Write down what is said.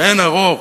לאין ערוך,